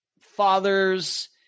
fathers